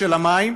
של המים,